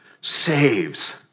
saves